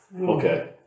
Okay